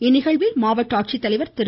இந்நிகழ்வில் மாவட்ட ஆட்சித்தலைவர் திரு